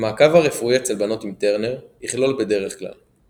המעקב הרפואי אצל בנות עם טרנר יכלול בדרך כלל